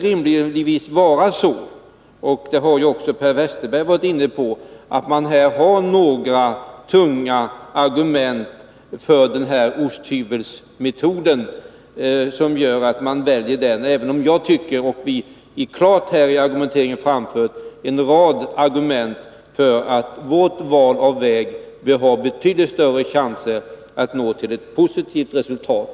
Givetvis bör man, som Per Westerberg sade, ha några tunga argument för att man väljer den här osthyvelsmetoden. Själv tycker jag att vi har framfört en rad argument för att vårt val av väg ger varvsnäringen betydligt större chanser att nå ett positivt resultat.